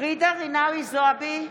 ג'ידא רינאוי זועבי,